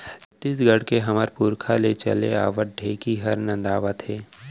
छत्तीसगढ़ के हमर पुरखा ले चले आवत ढेंकी हर नंदावत हे